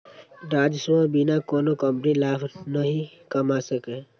राजस्वक बिना कोनो कंपनी लाभ नहि कमा सकैए